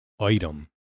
item